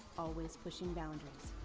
always pushing boundaries.